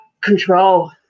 control